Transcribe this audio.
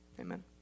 amen